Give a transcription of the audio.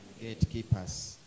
Gatekeepers